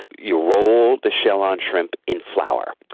you roll the shell-on shrimp in flour,